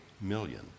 million